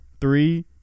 three